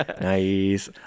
Nice